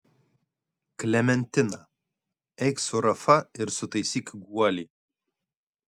klementina eik su rafa ir sutaisyk guolį